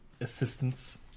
assistance